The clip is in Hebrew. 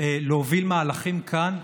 להוביל מהלכים כאן,